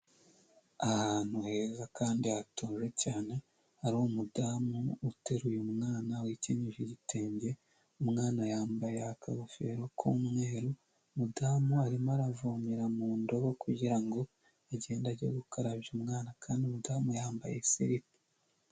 Ahantu heza kandi hatuje cyane, hari umudamu uteruye mwana, wikenyeje igitenge, umwana yambaye akagofero k'umweru, umudamu arimo aravomera mu ndobo kugira ngo agende age gukarabya umwana kandi umudamu yambaye siripa.